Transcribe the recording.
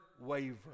waver